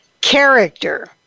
Character